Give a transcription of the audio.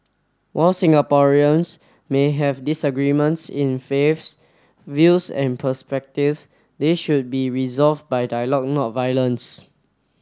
while Singaporeans may have disagreements in faiths views and perspectives they should be resolved by dialogue not violence